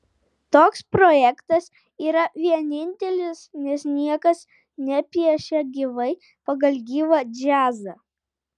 toks projektas yra vienintelis nes niekas nepiešia gyvai pagal gyvą džiazą